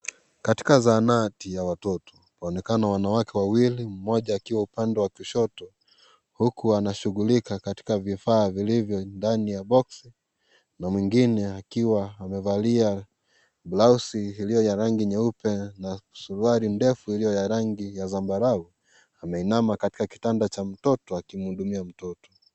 Katika zahanati ya watoto, wanaonekana wawili mmoja akiwa upande wa kushoto huku anashughulika katika vifaa vilivyo ndani ya boxi. Mwingine akiwa amevalia blausi iliyo ya rangi nyeupe na suruali ndefu iliyo ya rangi ya zambarau. Ameinama katika kitanda cha mtoto akimhudumia mtoto.